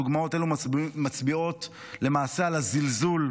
דוגמאות אלו מצביעות למעשה על הזלזול,